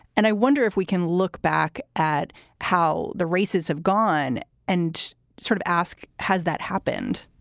and i wonder if we can look back at how the races have gone and sort of ask, has that happened?